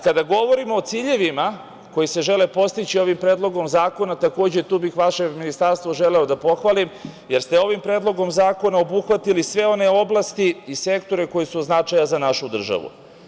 Kada govorimo o ciljevima koji se žele postići ovim predlogom zakona, takođe tu bih vaše ministarstvo želeo da pohvalim, jer ste ovim predlogom zakona obuhvatili sve one oblasti i sektore koji su od značaja za našu državu.